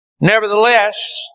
Nevertheless